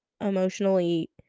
emotionally